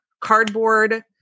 cardboard